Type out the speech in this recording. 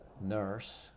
nurse